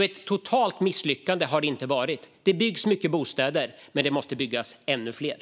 Ett totalt misslyckande har det inte varit. Det byggs många bostäder. Men det måste byggas ännu fler.